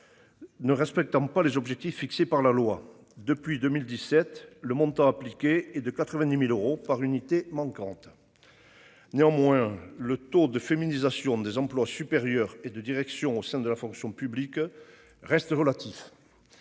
Ne respectant pas les objectifs fixés par la loi depuis 2017 le montant. Et de 90.000 euros par unité manquante. Néanmoins, le taux de féminisation des emplois supérieurs et de direction au sein de la fonction publique. Reste relatif.